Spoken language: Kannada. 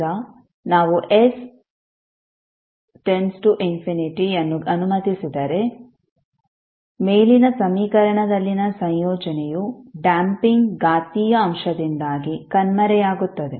ಈಗ ನಾವು s →∞ ಅನ್ನು ಅನುಮತಿಸಿದರೆ ಮೇಲಿನ ಸಮೀಕರಣದಲ್ಲಿನ ಸಂಯೋಜನೆಯು ಡ್ಯಾಂಪಿಂಗ್ ಘಾತೀಯ ಅಂಶದಿಂದಾಗಿ ಕಣ್ಮರೆಯಾಗುತ್ತದೆ